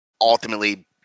ultimately